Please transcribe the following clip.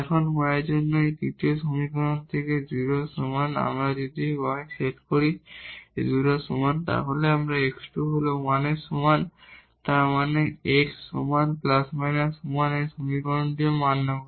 এখন এই y এর জন্য এই তৃতীয় সমীকরণ থেকে 0 এর সমান যখন আমরা y সেট করি 0 এর সমান এখানে আমাদের x2 হল 1 এর সমান তার মানে x সমান ± 1 এই সমীকরণটিও মান্য করে